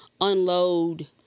unload